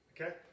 Okay